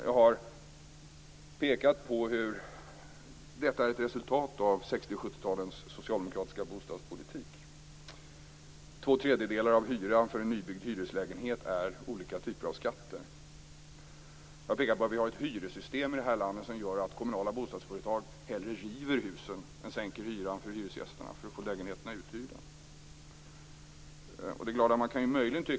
Jag har pekat på att detta är ett resultat av 60 och 70-talens socialdemokratiska bostadspolitik. Två tredjedelar av hyran för en nybyggd hyreslägenhet är olika typer av skatter. Jag har pekat på att vi har ett hyressystem i detta land som gör att kommunala bostadsföretag hellre river husen än sänker hyran för hyresgästerna för att få lägenheterna uthyrda.